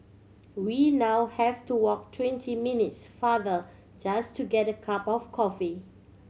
we now have to walk twenty minutes farther just to get a cup of coffee